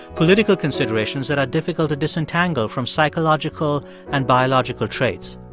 political considerations that are difficult to disentangle from psychological and biological traits.